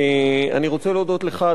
אני רוצה להודות לך,